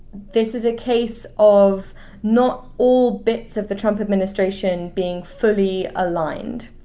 this is a case of not all bits of the trump administration being fully aligned.